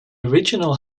original